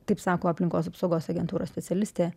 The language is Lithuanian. taip sako aplinkos apsaugos agentūros specialistė